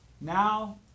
now